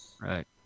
Right